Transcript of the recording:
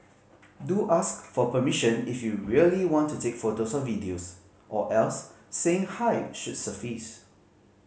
do ask for permission if you really want to take photos or videos or else saying hi should suffice